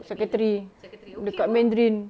secretary dekat mandarin